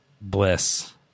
Bliss